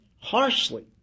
Harshly